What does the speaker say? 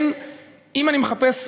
אם אני מחפש,